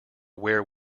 where